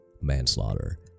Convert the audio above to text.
Manslaughter